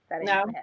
no